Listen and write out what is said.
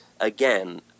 again